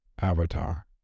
avatar